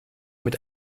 mit